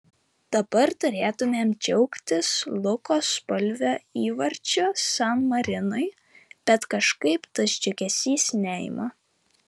dabar turėtumėm džiaugtis luko spalvio įvarčiu san marinui bet kažkaip tas džiugesys neima